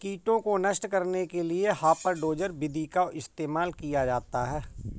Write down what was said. कीटों को नष्ट करने के लिए हापर डोजर विधि का इस्तेमाल किया जाता है